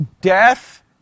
Death